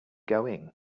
going